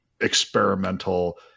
experimental